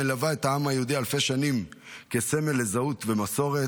המלווה את העם היהודי אלפי שנים כסמל לזהות ולמסורת,